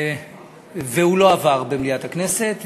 והיא לא עברה במליאת הכנסת.